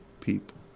people